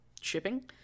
shipping